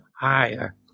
higher